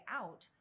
out